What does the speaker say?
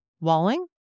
Walling